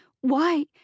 why—